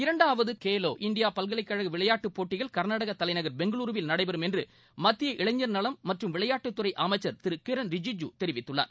இரண்டாவது கேலோ இண்டியா பல்கலைக்கழக விளையாட்டுப் போட்டிகள் கர்நாடகா தலைநகர் பெங்களூருவில் நடைபெறும் என்று மத்திய இளைஞர் நலன் மற்றும் விளையாட்டுக்கள் துறை அமைச்சர் திரு கிரண் ரிஜிஜ்ஜ் தெரிவித்துள்ளார்